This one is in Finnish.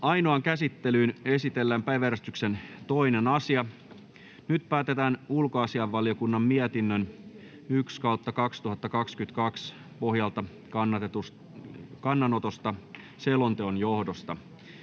Ainoaan käsittelyyn esitellään päiväjärjestyksen 2. asia. Nyt päätetään ulkoasiainvaliokunnan mietinnön UaVM 1/2022 vp pohjalta kannanotosta selonteon johdosta.